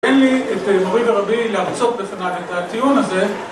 אין לי את מורי ורבי להרצות בפניו את הטיעון הזה